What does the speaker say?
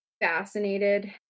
fascinated